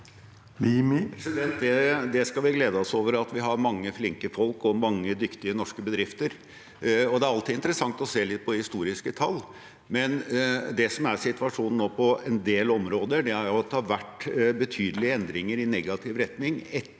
Det skal vi gle- de oss over – at vi har mange flinke folk og mange dyktige norske bedrifter – og det er alltid interessant å se litt på historiske tall. Likevel er situasjonen nå på en del områder at det har vært betydelige endringer i negativ retning,